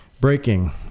Breaking